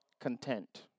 content